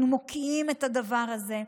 אנחנו מוקיעים את הדבר הזה.